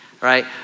right